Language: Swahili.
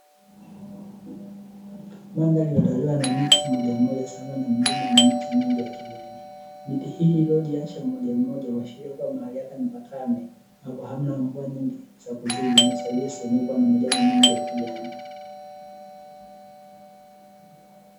Mandhari iliyotawaliwa na miti mmoja mmoja sambamba na mlima wenye miti mingi ya kijani. Miti hii iliyojiacha mmoja mmoja huashiria kuwa mahali hapa ni pakame ambapo hamna mvua nyingi za kuzidi inayosababisha sehemu hii kuwa majani mengi ya kijani.